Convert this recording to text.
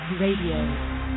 Radio